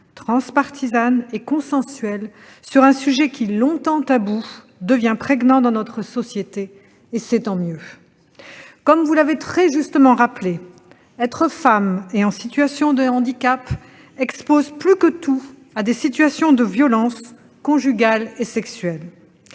transpartisane et consensuelle, sur un sujet longtemps tabou mais qui devient prégnant dans notre société, et c'est tant mieux. Vous l'avez très justement rappelé, être femme et en situation de handicap expose plus que tout à des situations de violences conjugales et sexuelles.